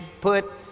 put